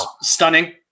stunning